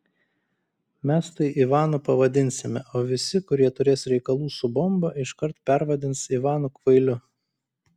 mes tai ivanu pavadinsime o visi kurie turės reikalų su bomba iškart pervadins ivanu kvailiu